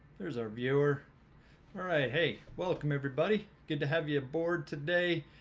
there's our viewer all right hey welcome everybody good to have you aboard today